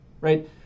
right